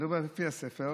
לפי הספר,